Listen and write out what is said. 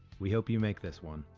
we hope you make this one,